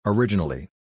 Originally